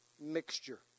mixture